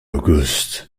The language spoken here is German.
august